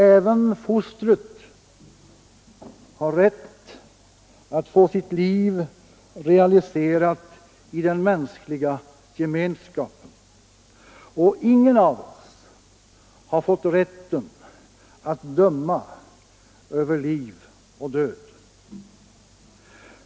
Även fostret har rätt att få sitt liv realiserat i den mänskliga gemenskapen. Och ingen av oss har fått rätten att döma över liv och död.